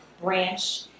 branch